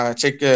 check